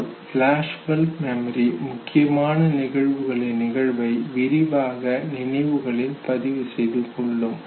அதனால் flashbulb memory முக்கியமான நிகழ்வுகளின் நிகழ்வை விரிவாக நினைவுகளில் பதிவு செய்துகொள்ளும்